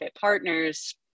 partners